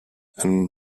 and